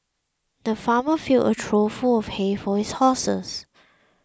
the farmer filled a trough full of hay for his horses